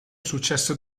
successo